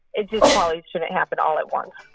it just probably shouldn't happen all at once